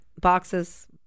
boxes